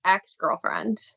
Ex-girlfriend